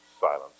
silence